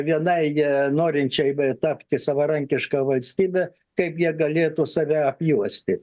vienai norinčiai tapti savarankiška valstybe kaip jie galėtų save apjuosti